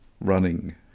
running